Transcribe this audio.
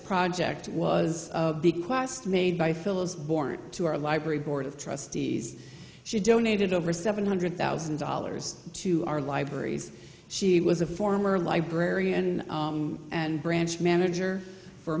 project was of the quest made by phyllis born to our library board of trustees she donated over seven hundred thousand dollars to our libraries she was a former librarian and branch manager for